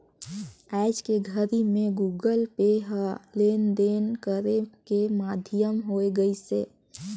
आयज के घरी मे गुगल पे ह लेन देन करे के माधियम होय गइसे